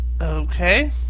Okay